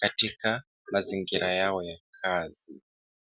katika mazingira yao ya kazi.